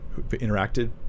interacted